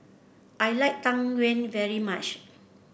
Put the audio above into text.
I like Tang Yuen very much